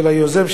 של היוזם,